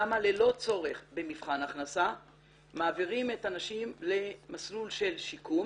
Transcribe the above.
שם ללא צורך במבחן הכנסה מעבירים את הנשים למסלול של שיקום